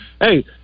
hey